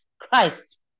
Christ